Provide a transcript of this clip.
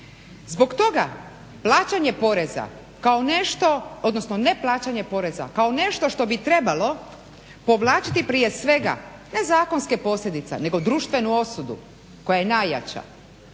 Zbog toga plaćanje poreza kao nešto, odnosno ne plaćanje poreza kao nešto što bi trebalo povlačiti prije svega ne zakonske posljedice nego društvenu osudu koja je najjača,